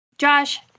Josh